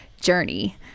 journey